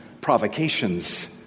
provocations